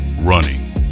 Running